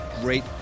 great